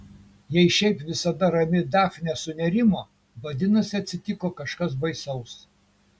jei šiaip visada rami dafnė sunerimo vadinasi atsitiko kažkas baisaus